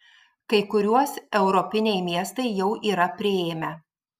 kai kuriuos europiniai miestai jau yra priėmę